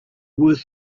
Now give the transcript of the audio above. worth